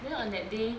then on that day